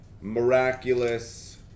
miraculous